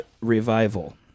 revival